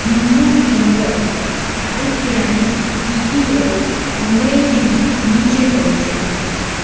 હિન્દુ ચંદ્ર તારીખિયાની તિથીઓ અંગ્રેજીની નીચે હોય છે